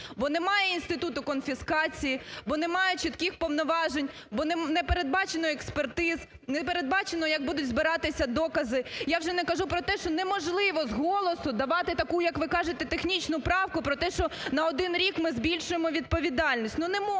бо немає інституту конфіскації, бо немає чітких повноважень, бо непередбачено експертиз, непередбачено як будуть збиратися докази. Я вже не кажу про те, що неможливо з голосу давати таку, як ви кажете, технічну правку про те, що на один рік ми збільшуємо відповідальність.